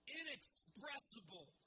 inexpressible